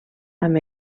amb